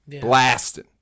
Blasting